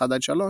1 עד 3,